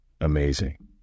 Amazing